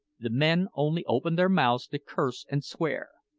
the men only open their mouths to curse and swear,